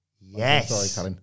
Yes